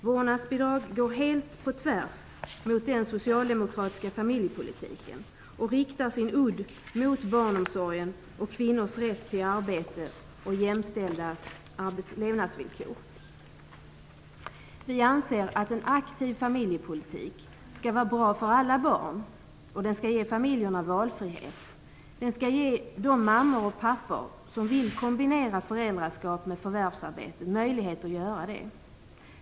Vårdnadsbidrag går helt på tvärs mot den socialdemokratiska familjepolitiken och riktar sin udd mot barnomsorgen och kvinnors rätt till arbete och jämställda levnadsvillkor. Vi anser att en aktiv familjepolitik skall vara bra för alla barn och ge familjerna valfrihet. Den skall ge de mammor och pappor som vill kombinera föräldraskap med förvärvsarbete möjlighet att göra det.